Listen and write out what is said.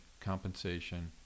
compensation